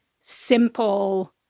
simple